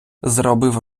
зробив